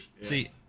See